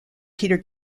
peter